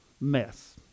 mess